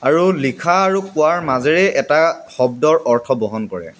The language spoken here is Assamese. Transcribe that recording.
আৰু লিখা আৰু কোৱাৰ মাজেৰে এটা শব্দৰ অৰ্থ বহন কৰে